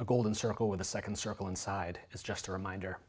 a golden circle with a second circle inside is just a reminder